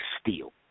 steal